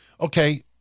okay